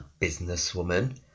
businesswoman